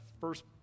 first